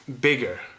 bigger